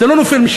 זה לא נופל משמים.